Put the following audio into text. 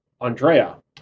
Andrea